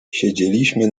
siedzieliśmy